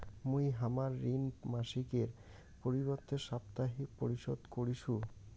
মুই হামার ঋণ মাসিকের পরিবর্তে সাপ্তাহিক পরিশোধ করিসু